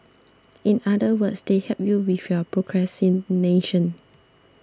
in other words they help you with your procrastination